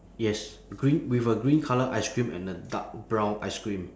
yes green with a green colour ice cream and a dark brown ice cream